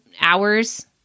hours